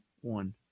one